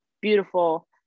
beautiful